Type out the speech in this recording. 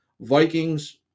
Vikings